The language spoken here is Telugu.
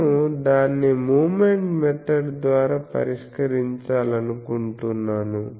నేను దాన్ని మూమెంట్ మెథడ్ ద్వారా పరిష్కరించాలనుకుంటున్నాను